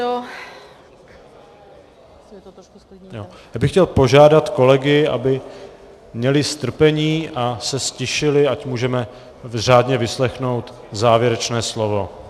Já bych chtěl požádat kolegy, aby měli strpení a ztišili se, ať můžeme řádně vyslechnout závěrečné slovo.